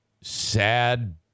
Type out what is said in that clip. sad